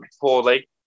poorly